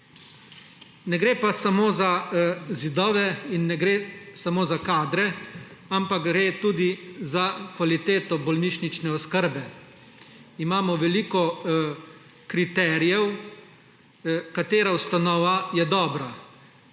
Ne gre pa samo za zidove in ne gre samo za kadre, ampak gre tudi za kvaliteto bolnišnične oskrbe. Imamo veliko kriterijev, katera ustanova je dobra.